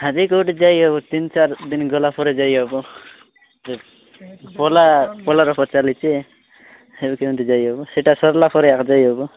ଆଜି କୋଉଠି ଯାଇ ହେବ ତିନ ଚାରି ଦିନି ଗଲା ପରେ ଯାଇ ହେବ ପଲା ପଲାର ପା ଚାଲିଛି ଏବେ କେମିତି ଯାଇ ହେବ ସେଇଟା ସରିଲା ପରେ ଯାଇ ହେବ